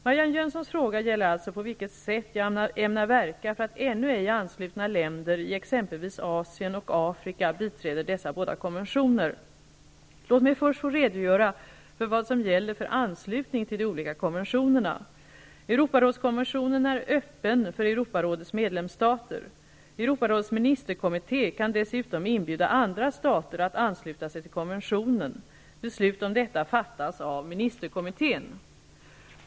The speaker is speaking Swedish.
Marianne Jönssons fråga gäller alltså på vilket sätt jag ämnar verka för att ännu ej anslutna länder i exempelvis Asien och Afrika biträder dessa båda konventinoner. Låt mig först få redogöra för vad som gäller för anslutning till de olika konventionerna. Europarådskonventionen är öppen för Europarådets medlemsstater. Europarådets ministerkommitté kan dessutom inbjuda andra stater att ansluta sig till konventionen. Beslut om detta fattas av ministerkommittén.